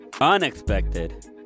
unexpected